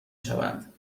شوند